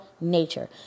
nature